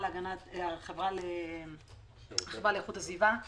החברה לאיכות הסביבה,